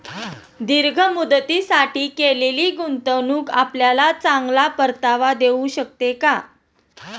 दीर्घ मुदतीसाठी केलेली गुंतवणूक आपल्याला चांगला परतावा देऊ शकते